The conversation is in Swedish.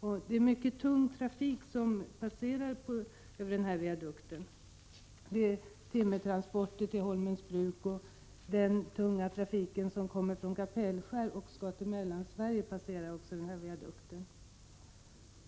Det är en omfattande tung trafik som passerar över viadukten — t.ex. timmertransporter till Holmens Bruk. Även den tunga trafik som kommer från Kapellskär och skall till andra delar av Mellansverige passerar viadukten.